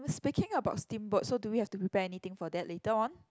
speaking about steamboat so do we have to prepare anything for that later on